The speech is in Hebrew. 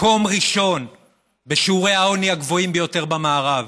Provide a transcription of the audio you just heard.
מקום ראשון בשיעורי העוני, הגבוהים ביותר במערב.